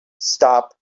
stop